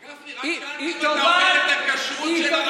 רק שאלתי אם אתה אוכל את הכשרות של הרבנות הראשית.